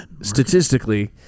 statistically